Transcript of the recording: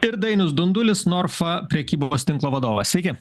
ir dainius dundulis norfa prekybos tinklo vadovas sveiki